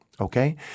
Okay